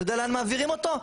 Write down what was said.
אתה יודע לאן מעבירים אותו?